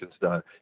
done